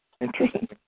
Interesting